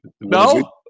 no